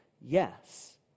Yes